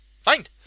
find